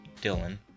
dylan